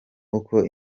uko